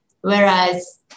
Whereas